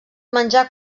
menjar